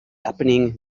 happening